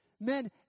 Men